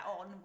on